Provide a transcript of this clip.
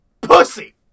Pussy